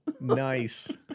Nice